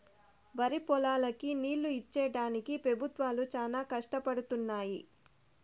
వరిపొలాలకి నీళ్ళు ఇచ్చేడానికి పెబుత్వాలు చానా కష్టపడుతున్నయ్యి